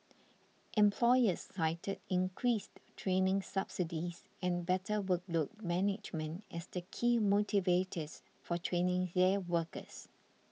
employers cited increased training subsidies and better workload management as the key motivators for training their workers